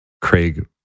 Craig